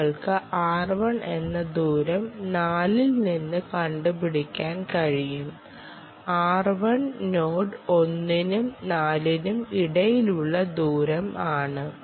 നിങ്ങൾക്ക് r1 എന്ന ദൂരം 4 ൽ നിന്ന് കണ്ടുപിടിക്കാൻ കഴിയും r1 നോഡ് 1 നും 4 നും ഇടയിലുള്ള ദൂരം ആണ്